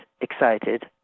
excited